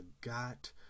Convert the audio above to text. got